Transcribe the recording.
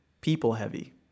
people-heavy